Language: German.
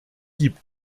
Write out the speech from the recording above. gibt